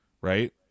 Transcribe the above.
Right